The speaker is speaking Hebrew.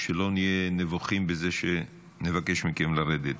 שלא נהיה נבוכים בזה שנבקש מכם לרדת.